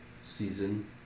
season